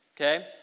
okay